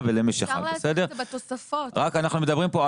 אנחנו מדברים כאן